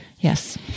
yes